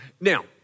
Now